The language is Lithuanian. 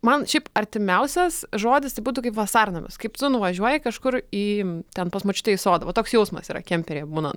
man šiaip artimiausias žodis tai būtų kaip vasarnamis kaip tu nuvažiuoji kažkur į ten pas močiutę į sodą va toks jausmas yra kemperyje būnan